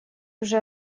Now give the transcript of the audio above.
уже